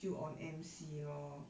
就 on M_C lor